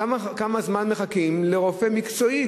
כמה זמן מחכים לרופא מקצועי?